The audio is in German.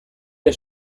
wir